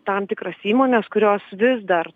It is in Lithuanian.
tam tikras įmones kurios vis dar